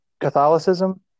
Catholicism